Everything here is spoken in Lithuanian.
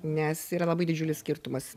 nes yra labai didžiulis skirtumas